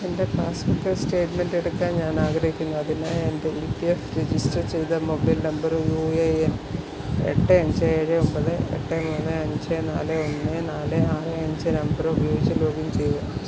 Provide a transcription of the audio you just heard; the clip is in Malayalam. എൻ്റെ പാസ്ബുക്ക് സ്റ്റേറ്റ്മെൻറ്റ് എടുക്കാൻ ഞാൻ ആഗ്രഹിക്കുന്നു അതിനായി എൻ്റെ ഇ പി എഫ് രജിസ്റ്റർ ചെയ്ത മൊബൈൽ നമ്പറും യു എ എൻ എട്ട് അഞ്ച് ഏഴ് ഒമ്പത് എട്ട് മൂന്ന് അഞ്ച് നാല് ഒന്ന് നാല് ആറ് അഞ്ച് നമ്പർ ഉപയോഗിച്ച് ലോഗിൻ ചെയ്യുക